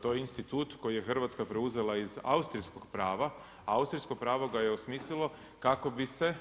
To je institut koji je Hrvatska preuzela iz austrijskog prava, a austrijsko pravo ga je osmislilo kako bi se